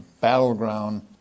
battleground